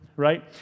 right